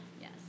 Yes